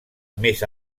més